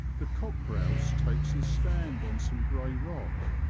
the cock grouse takes his stand on some grey rock,